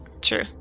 True